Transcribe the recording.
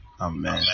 Amen